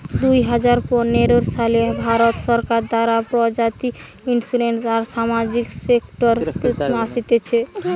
দুই হাজার পনের সালে ভারত সরকার দ্বারা প্রযোজিত ইন্সুরেন্স আর সামাজিক সেক্টর স্কিম আসতিছে